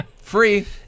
Free